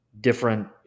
different